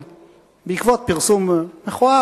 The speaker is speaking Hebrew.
היה בעיתונים דיון בעקבות פרסום מכוער